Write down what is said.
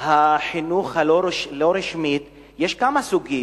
החינוך הלא-רשמית, שיש כמה סוגים.